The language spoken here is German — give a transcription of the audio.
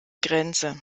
grenze